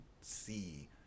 see